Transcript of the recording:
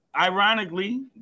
ironically